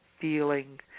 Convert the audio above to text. feeling